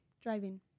driving